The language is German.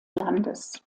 landes